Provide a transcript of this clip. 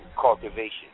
cultivation